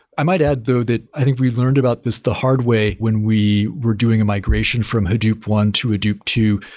i might add though that i think we've learned about this the hard way when we were doing a migration from hadoop one to hadoop two.